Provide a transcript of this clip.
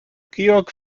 georg